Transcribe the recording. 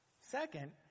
Second